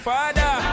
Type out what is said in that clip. Father